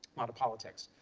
lot of politics.